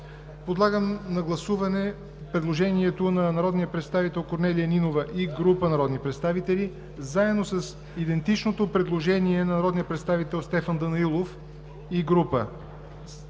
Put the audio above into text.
Подлагам на гласуване предложението на народния представител Корнелия Нинова и група народни представители заедно с идентичното предложение на народния представител Стефан Данаилов и група.